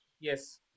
Yes